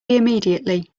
immediately